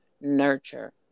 nurture